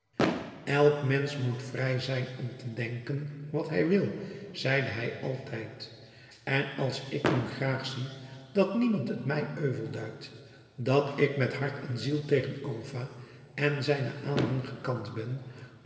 elk mensch moet vrij zijn om te denken wat hij wil zeide hij altijd en als ik nu graag zie dat niemand het mij euvel duidt dat ik met hart en ziel tegen alva en zijnen aanhang gekant ben